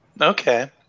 Okay